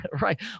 Right